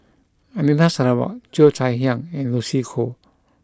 Anita Sarawak Cheo Chai Hiang and Lucy Koh